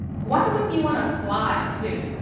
why wouldn't you want to fly too?